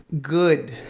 good